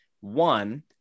one